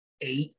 eight